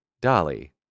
Dolly